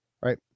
right